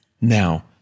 now